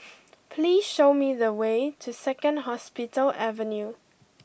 please show me the way to Second Hospital Avenue